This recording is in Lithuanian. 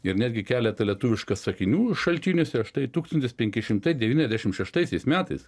ir netgi keletą lietuvišką sakinių šaltiniuose štai tūkstantis penkišimtai devyniasdešim šeštaisiais metais